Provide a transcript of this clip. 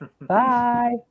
Bye